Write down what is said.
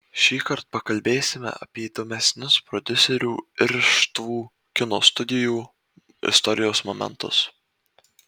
šįkart pakalbėsime apie įdomesnius prodiuserių irštvų kino studijų istorijos momentus